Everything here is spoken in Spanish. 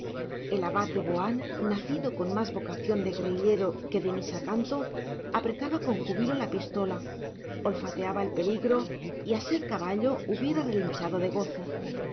el abad de boán nacido con más vocación de guerrillero que de misacantano apretaba con júbilo la pistola olfateaba el peligro y a ser caballo hubiera relinchado de gozo